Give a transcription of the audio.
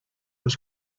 was